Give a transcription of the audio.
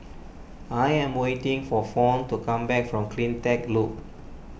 I am waiting for Fawn to come back from CleanTech Loop